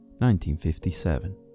1957